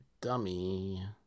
dummy